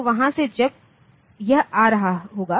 तो वहाँ से जब यह आ रहा होगा